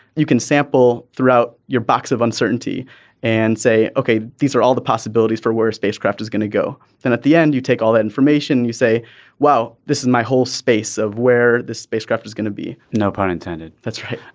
you can sample throughout your box of uncertainty and say ok. these are all the possibilities for where a spacecraft is going to go. then at the end you take all that information. you say well this is my whole space of where the spacecraft is going to be. no pun intended. that's right.